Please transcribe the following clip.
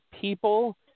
people